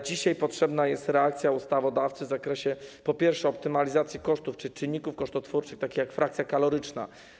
Dzisiaj potrzebna jest reakcja ustawodawcy w zakresie przede wszystkim optymalizacji kosztów czy czynników kosztotwórczych, takich jak frakcja kaloryczna.